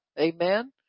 amen